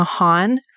Mahan